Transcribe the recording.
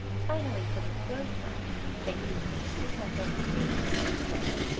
finally, for the third plaque i used these three pencils to create the metallic effect.